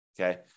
Okay